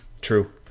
True